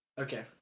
Okay